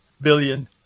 billion